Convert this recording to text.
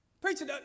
Preacher